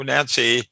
Nancy